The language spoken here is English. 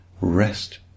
rest